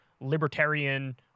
libertarian